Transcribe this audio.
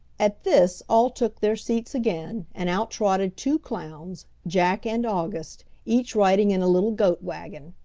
at this all took their seats again, and out trotted two clowns, jack and august, each riding in a little goat wagon.